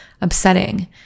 upsetting